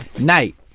Night